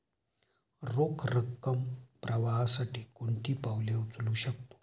रोख रकम प्रवाहासाठी कोणती पावले उचलू शकतो?